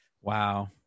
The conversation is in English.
Wow